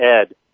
Ed